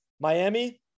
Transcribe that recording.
Miami –